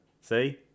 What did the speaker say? See